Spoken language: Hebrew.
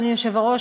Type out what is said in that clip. אדוני היושב-ראש,